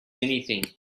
anything